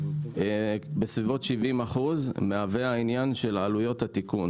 בסביבות 70% מהווה העניין של עלויות התיקון